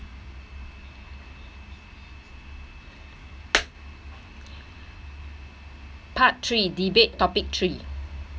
part three debate topic three